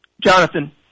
Jonathan